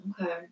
okay